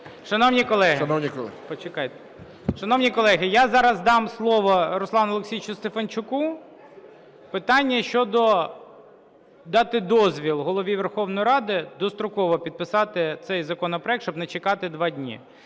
Шановні колеги, я зараз дам слово Руслану Олексійовичу Стефанчуку. Питання щодо дати дозвіл Голові Верховної Ради достроково підписати цей законопроект, щоб не чекати два дні.